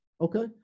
Okay